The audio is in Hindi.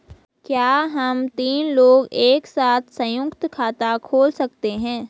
क्या हम तीन लोग एक साथ सयुंक्त खाता खोल सकते हैं?